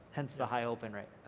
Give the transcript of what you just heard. hence the high open right.